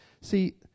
See